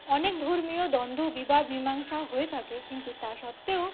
অনেক ধর্মীয় দ্বন্দ্ব বিবাদ মীমাংসাও হয়ে থাকে কিন্তু তা সত্ত্বেও